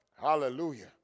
Hallelujah